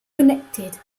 connected